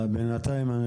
בכל מקרה אנחנו